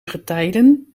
getijden